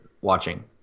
watching